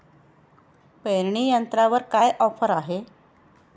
पेरणी यंत्रावर काय ऑफर आहे?